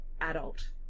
adult